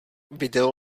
video